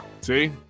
See